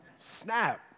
Snap